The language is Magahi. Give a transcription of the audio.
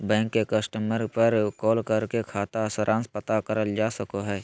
बैंक के कस्टमर पर कॉल करके खाता सारांश पता करल जा सको हय